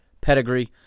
pedigree